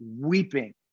weeping